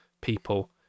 people